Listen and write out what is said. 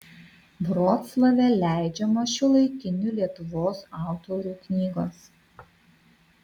vroclave leidžiamos šiuolaikinių lietuvos autorių knygos